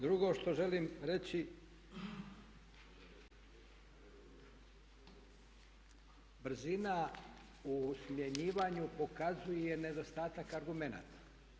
Drugo što želim reći brzina u smjenjivanju pokazuje nedostatak argumenata.